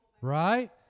Right